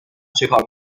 چکار